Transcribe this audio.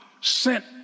sent